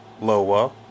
loa